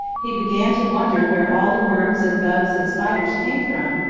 he began to wonder where all the worms and bugs and spiders came from,